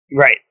right